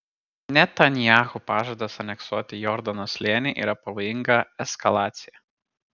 netanyahu pažadas aneksuoti jordano slėnį yra pavojinga eskalacija